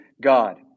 God